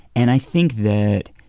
and i think that,